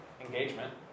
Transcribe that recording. engagement